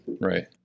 Right